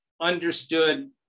understood